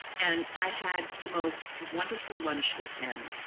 and i had the most wonderful lunch with him.